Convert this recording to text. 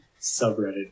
subreddit